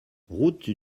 route